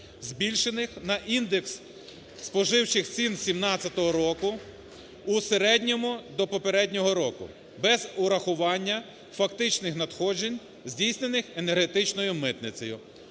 збільшених на індекс споживчих цін 17-го року у середньому до попереднього року без урахування фактичних надходжень здійснених енергетичною митницею".